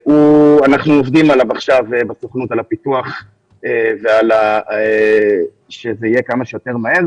אנחנו עכשיו בסוכנות לעסקים עובדים כדי שזה יהיה כמה שיותר מהר.